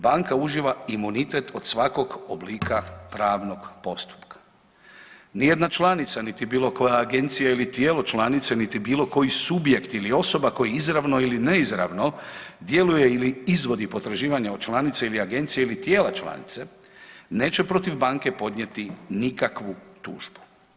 Banka uživa imunitet od svakog oblika pravnog postupka, nijedna članica niti bilo koja agencija ili tijelo članice, niti bilo koji subjekt ili osoba koja izravno ili neizravno djeluje ili izvodi potraživanja od članice ili agencije ili tijela članice neće protiv banke podnijeti nikakvu tužbu.